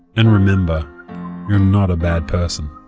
and remember you're not a bad person.